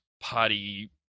party